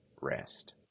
rest